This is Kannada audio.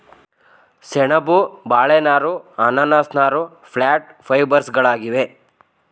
ಸೆಣಬು, ಬಾಳೆ ನಾರು, ಅನಾನಸ್ ನಾರು ಪ್ಲ್ಯಾಂಟ್ ಫೈಬರ್ಸ್ಗಳಾಗಿವೆ